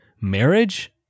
marriage